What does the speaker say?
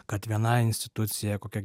kad viena institucija kokia